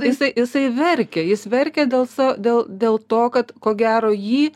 jisai jisai verkia jis verkia dėl sa dėl dėl to kad ko gero jį